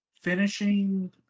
finishing